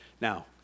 Now